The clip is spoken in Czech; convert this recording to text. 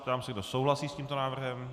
Ptám se, kdo souhlasí s tímto návrhem.